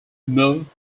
move